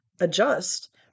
adjust